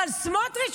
אבל סמוטריץ',